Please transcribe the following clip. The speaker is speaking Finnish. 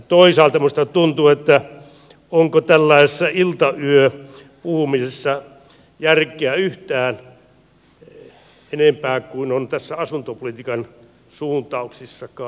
toisaalta minusta tuntuu että onko tällaisessa iltayöpuhumisessa järkeä yhtään enempää kuin on tässä asuntopolitiikan suuntauksissakaan